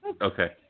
Okay